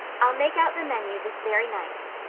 i'll make out the menu this very night.